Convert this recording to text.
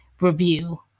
review